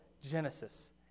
Genesis